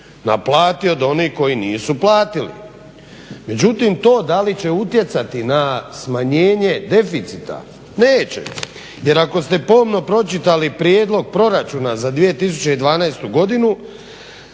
Naplati od onih koji nisu platili. Međutim, to da li će utjecati na smanjenje deficita neće. Jer ako ste pomno pročitali prijedlog proračuna za 2012. Godinu